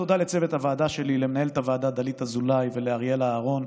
תודה לצוות הוועדה שלי: למנהלת הוועדה דלית אזולאי ולאריאלה אהרון,